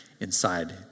Inside